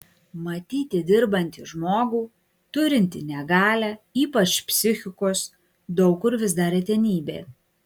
matyti dirbantį žmogų turintį negalią ypač psichikos daug kur vis dar retenybė